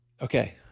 Okay